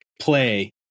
play